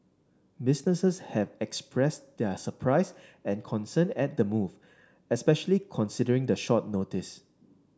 businesses have expressed their surprise and concern at the move especially considering the short notice